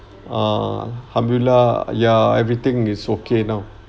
uh alhamdulillah ya everything is okay now